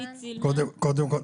קודם כל,